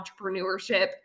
entrepreneurship